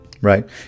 Right